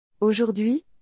Aujourd'hui